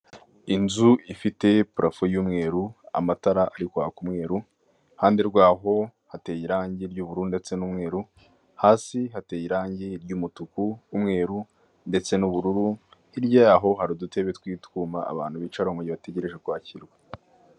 Inzu ifite parafo y'umweru, amatara ari kwaka umweru, iruhande rwaho hateye irange ry'ubururu ndetse n'umweru, hasi hateye irange ry'umutuku, umweru ndetse n'ubururu hirya yaho hari udutebe tw'utuma abantu bicaraho mu gihe bategereje kwakirwa.